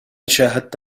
شاهدت